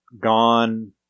gone